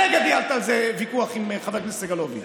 הרגע ניהלת על זה ויכוח עם חבר הכנסת סגלוביץ'.